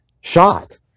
shot